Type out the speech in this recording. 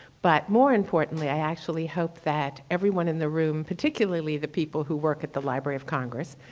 but more importantly, i actually hope that everyone in the room particularly, the people who work at the library of congress,